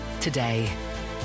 today